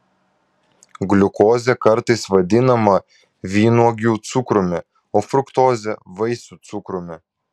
gliukozė kartais vadinama vynuogių cukrumi o fruktozė vaisių cukrumi